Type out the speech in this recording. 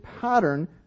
pattern